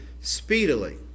speedily